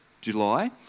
July